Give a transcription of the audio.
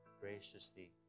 graciously